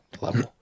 level